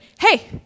hey